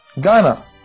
Ghana